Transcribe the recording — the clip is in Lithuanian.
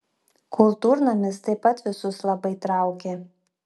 kultūrnamis taip pat visus labai traukė